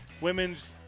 Women's